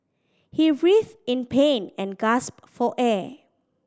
he writhed in pain and gasped for air